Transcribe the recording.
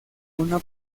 una